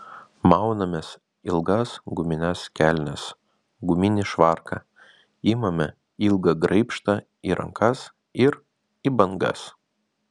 maunamės ilgas gumines kelnes guminį švarką imame ilgą graibštą į rankas ir į bangas